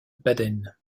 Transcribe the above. baden